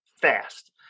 fast